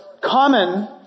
common